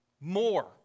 More